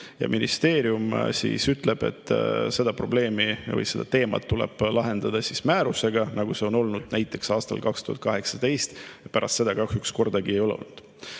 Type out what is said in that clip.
ja ministeerium ütles, et seda probleemi või seda teemat tuleb lahendada määrusega, nagu see oli näiteks aastal 2018, ja pärast seda kahjuks kordagi ei ole olnud.